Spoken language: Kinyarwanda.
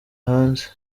hanze